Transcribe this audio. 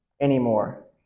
anymore